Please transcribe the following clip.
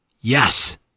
Yes